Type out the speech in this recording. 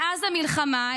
מאז המלחמה,